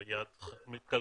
והיא יעד כלכלי,